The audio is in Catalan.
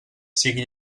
sigui